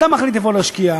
אתה מחליט איפה להשקיע,